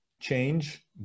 change